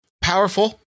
Powerful